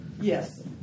Yes